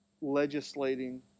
legislating